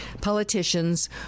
politicians